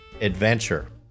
adventure